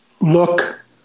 look